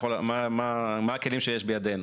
מה הכלים שיש בידנו.